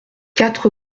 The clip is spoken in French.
quatre